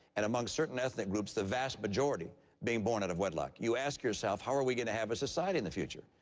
and among certain ethnic groups the vast majority being born out of wedlock, you ask yourself, how are we going to have a society in the future?